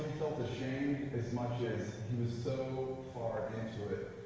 felt ashamed, as much as he was so far into it.